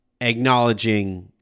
acknowledging